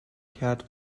کرد